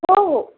हो हो